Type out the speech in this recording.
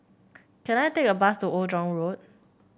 can I take a bus to Old Jurong Road